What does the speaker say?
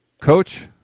Coach